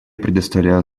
предоставляю